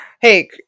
Hey